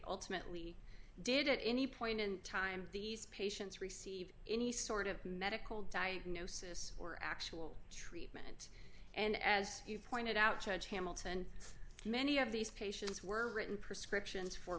ultimately did at any point in time these patients receive any sort of medical diagnosis or actual and as you pointed out charge hamilton many of these patients were written prescriptions for